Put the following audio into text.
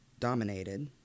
dominated